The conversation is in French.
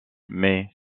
mais